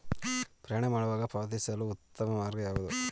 ಪ್ರಯಾಣ ಮಾಡುವಾಗ ಪಾವತಿಸಲು ಉತ್ತಮ ಮಾರ್ಗ ಯಾವುದು?